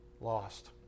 lost